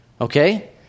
okay